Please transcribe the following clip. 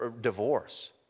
divorce